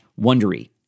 wondery